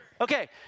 Okay